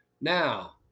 Now